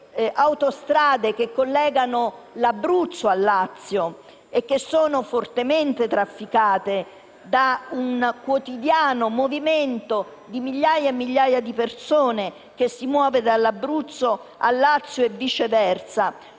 autostrade che collegano l'Abruzzo al Lazio, fortemente trafficate a causa di un quotidiano movimento di migliaia e migliaia di persone che si muovono dall'Abruzzo al Lazio e viceversa,